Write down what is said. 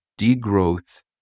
degrowth